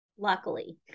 Luckily